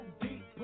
deep